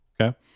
okay